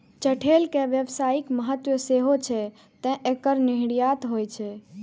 चठैल के व्यावसायिक महत्व सेहो छै, तें एकर निर्यात होइ छै